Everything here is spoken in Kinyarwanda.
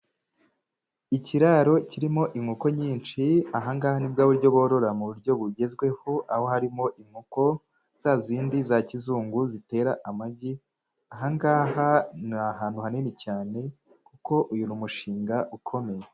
Ikiraro kirimo inkoko nyinshi, aha ngaha ni bwa buryo borora mu buryo bugezweho, aho harimo inkoko za zindi za kizungu zitera amagi, aha ngaha ni ahantu hanini cyane kuko uyu ni umushinga ukomeye.